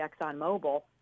ExxonMobil